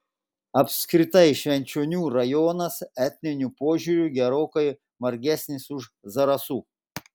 apskritai švenčionių rajonas etniniu požiūriu gerokai margesnis už zarasų